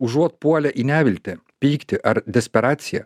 užuot puolę į neviltį pyktį ar desperaciją